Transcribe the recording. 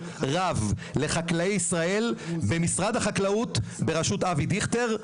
לחקלאי ישראל במשרד החקלאות בראשות אבי דיכטר,